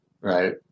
Right